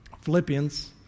Philippians